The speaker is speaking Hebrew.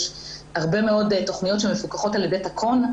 יש הרבה מאוד תכניות שמפוקחות על ידי תקון,